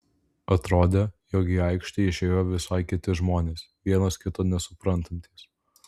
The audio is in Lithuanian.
atrodė jog į aikštę išėjo visai kiti žmonės vienas kito nesuprantantys